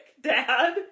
Dad